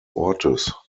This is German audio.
ortes